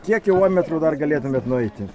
kiek kilometrų dar galėtumėt nueiti